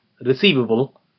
receivable